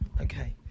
Okay